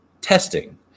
testing